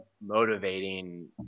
motivating